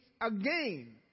again